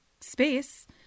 space